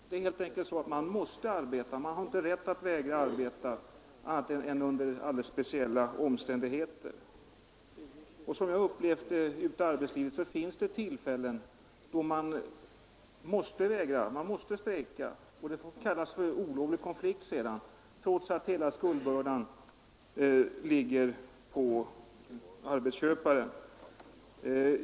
Det är helt enkelt så att man måste arbeta — man har inte rätt att vägra arbeta annat under alldeles speciella omständigheter. Som jag har upplevt det ute i arbetslivet finns det tillfällen då man måste vägra arbeta, då man måste strejka. Detta kallas sedan för olovlig konflikt, trots att hela skuldbördan ligger på arbetsköparen.